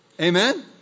Amen